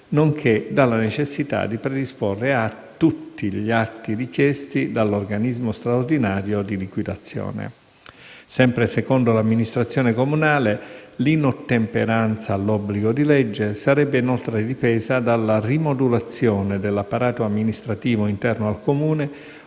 nonché dalla necessità di predisporre tutti gli atti richiesti dall'organismo straordinario di liquidazione. Sempre secondo l'amministrazione comunale, l'inottemperanza all'obbligo di legge sarebbe inoltre dipesa dalla rimodulazione dell'apparato amministrativo interno al Comune,